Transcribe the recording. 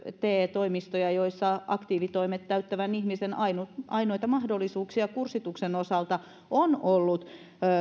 te toimistoja joissa aktiivitoimet täyttävän ihmisen ainoita ainoita mahdollisuuksia kurssituksen osalta on ollut